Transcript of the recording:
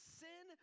sin